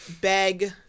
beg